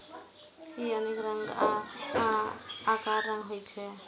ई अनेक रंग आ आकारक होइ छै